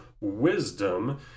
wisdom